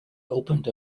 opened